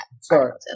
Sorry